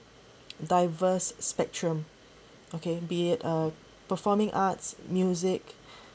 diverse spectrum okay beat it uh performing arts music